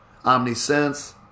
omnisense